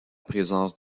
présence